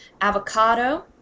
Avocado